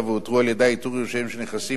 איתור יורשיהם של הנכסים והשבת הנכסים